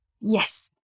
Yes